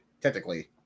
technically